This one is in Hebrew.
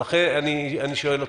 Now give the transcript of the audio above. אני שואל אתכם?